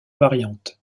variantes